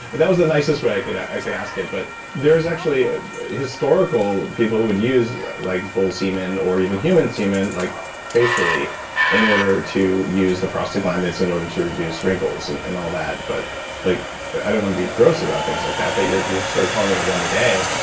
that was the nicest way i could i could ask it. but there there is actually ah historical people who would use like bull semen or even human semen like facially in order to use the prostaglandins in order to reduce wrinkles and and all that. but like i don't want to be gross about things like that, but you're you're sort of calling it a one a day.